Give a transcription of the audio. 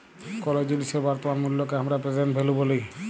কোলো জিলিসের বর্তমান মুল্লকে হামরা প্রেসেন্ট ভ্যালু ব্যলি